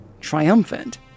triumphant